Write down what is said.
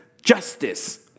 justice